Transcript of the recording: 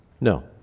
No